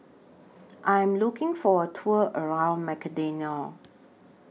I Am looking For A Tour around Macedonia